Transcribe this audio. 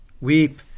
Weep